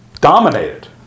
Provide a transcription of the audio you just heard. dominated